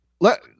Let